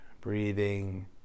Breathing